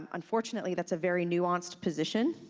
um unfortunately, that's a very nuanced position.